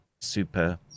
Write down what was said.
super